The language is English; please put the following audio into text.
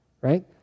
right